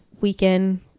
weekend